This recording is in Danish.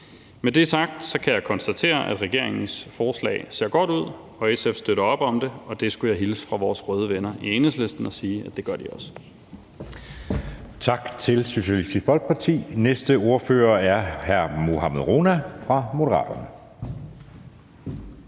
Med det sagt kan jeg konstatere, at regeringens forslag ser godt ud, og SF støtter op om det, og det skulle jeg hilse fra vores røde venner i Enhedslisten og sige at de også